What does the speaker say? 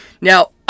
Now